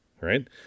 right